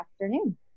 afternoon